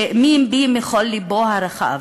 שהאמין בי בכל לבו הרחב,